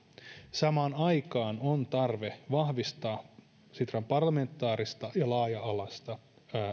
samaan aikaan on tarve vahvistaa sitran parlamentaarista ja laaja alaista